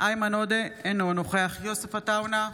איימן עודה, אינו נוכח יוסף עטאונה,